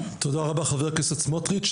תודה רבה, חבר הכנסת סמוטריץ'.